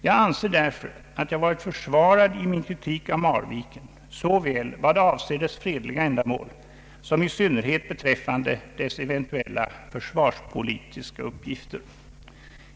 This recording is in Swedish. Jag anser därför att jag varit försvarad i min kritik av Marviken såväl vad avser dess fredliga ändamål som i synnerhet beträffande dess eventuella försvarspolitiska uppgifter.